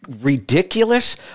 Ridiculous